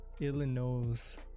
Illinois